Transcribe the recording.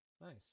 Nice